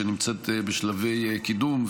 שנמצאת בשלבי קידום,